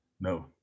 No